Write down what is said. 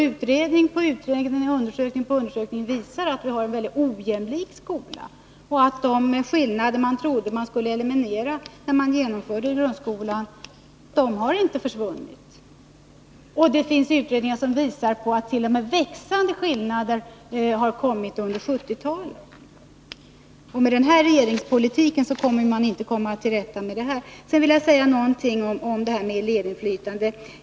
Utredning på utredning och undersökning på undersökning visar att vi har en väldigt ojämlik skola. De skillnader man trodde att man skulle eliminera när man införde grundskolan har inte försvunnit. Det finns t.o.m. utredningar som visar att skillnaderna har vuxit under 1970-talet, och med den nuvarande regeringspolitiken kommer man inte till rätta med det förhållandet. Sedan vill jag säga någonting om elevinflytandet.